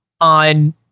on